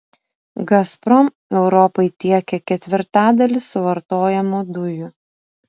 gazprom europai tiekia ketvirtadalį suvartojamų dujų